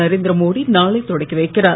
நரேந்திரமோடி நாளை தொடக்கி வைக்கிறார்